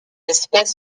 espèce